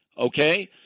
okay